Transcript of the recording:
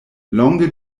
longe